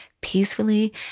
peacefully